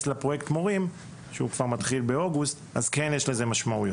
לפרויקט המורים שמתחיל באוגוסט אז יש לזה משמעות.